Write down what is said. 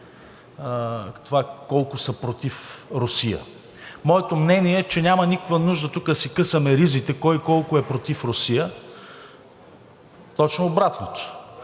това колко са против Русия. Моето мнение е, че няма никаква нужда тука да си късаме ризите кой колко е против Русия – точно обратното,